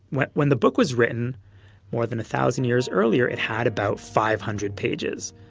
when when the book was written more than a thousand years earlier it had about five hundred pages.